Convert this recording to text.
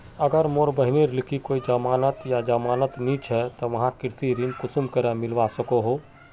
अगर मोर बहिनेर लिकी कोई जमानत या जमानत नि छे ते वाहक कृषि ऋण कुंसम करे मिलवा सको हो?